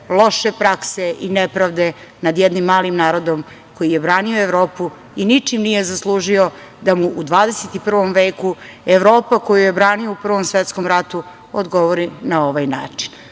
loše prakse i nepravde nad jednim malim narodom koji je branio Evropu i ničim nije zaslužio da mu u 21. veku Evropa, koju je branio u Prvom svetskom ratu, odgovori na ovaj način. Bilo